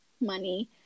money